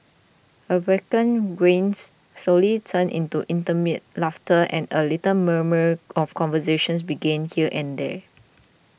awkward grins slowly turned into intermittent laughter and a little murmurs of conversations began here and there